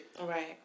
Right